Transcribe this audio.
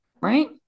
right